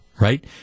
Right